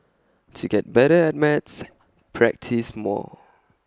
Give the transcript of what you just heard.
to get better at maths practise more